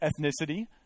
ethnicity